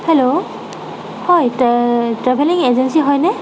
hello হয় টে travelling agency হয়নে